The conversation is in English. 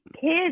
kids